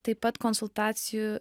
taip pat konsultacijų